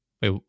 wait